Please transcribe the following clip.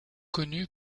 connu